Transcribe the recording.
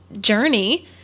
journey